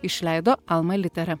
išleido alma litera